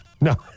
no